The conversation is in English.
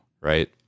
right